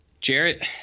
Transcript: Jarrett